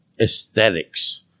aesthetics